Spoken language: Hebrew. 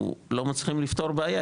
לא מצליחים לפתור בעיה,